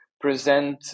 present